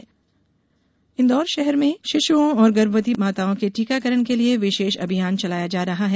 टीकाकरण अभियान इंदौर षहर में शिशुओं और गर्भवती माताओं के टीकाकरण के लिए विषेष अभियान चलाया जा रहा है